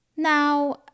Now